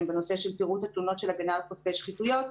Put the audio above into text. בנושא של פירוט התלונות של הגנה על חושפי שחיתויות,